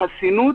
שלנו.